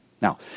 Now